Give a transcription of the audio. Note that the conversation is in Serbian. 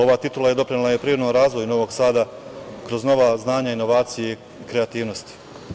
Ova titula doprinela je privrednom razvoju Novog Sada kroz nova znanja, inovacije i kreativnosti.